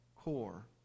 Core